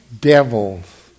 devils